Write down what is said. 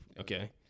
Okay